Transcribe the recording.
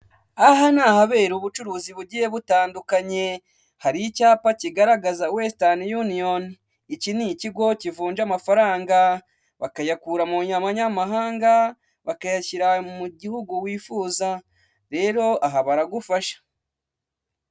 Aha ni ahabera ubucuruzi bugiye butandukanye hari icyapa kigaragaza Wesitani yuniyoni, iki ni ikigo kivunja amafaranga bakayakura mu manyamahanga bakayashyira mu gihugu wifuza rero aha baragufasha.